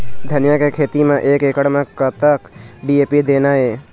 धनिया के खेती म एक एकड़ म कतक डी.ए.पी देना ये?